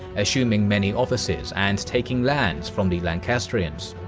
assuming many offices and taking lands from the lancastrians.